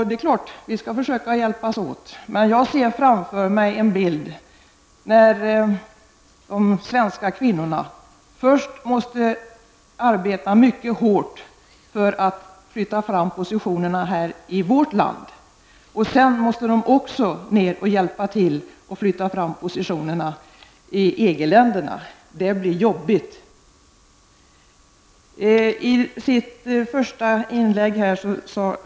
Det är klart att vi skall försöka hjälpas åt, men jag ser framför mig en bild av hur de svenska kvinnorna först måste arbeta mycket hårt för att flytta fram positionerna här i vårt land och sedan också måste ner och hjälpa till med att flytta fram positionerna i EG-länderna. Det blir jobbigt!